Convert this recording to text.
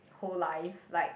whole life like